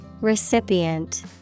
Recipient